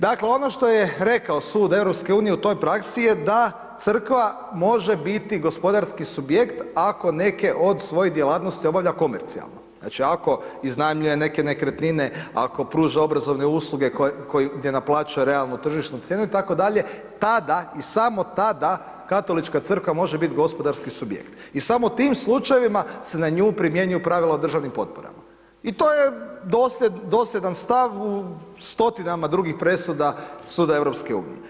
Dakle ono što je rekao sud EU u toj praksi je da crkva može biti gospodarski subjekt ako neke od svojih djelatnosti obavlja komercijalno, znači ako iznajmljuje neke nekretnine, ako pruža obrazovne usluge koje, koje gdje naplaćuje realnu tržišnu cijenu itd., tada i samo tada Katolička crkva može biti gospodarski subjekt i samo u tim slučajevima se na nju primjenjuju pravila o državnim potporama i to je dosljedan stav u stotinama drugih presuda suda EU.